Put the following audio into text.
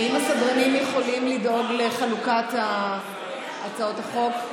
האם הסדרנים יכולים לדאוג לחלוקת הצעות החוק?